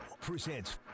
presents